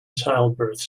childbirths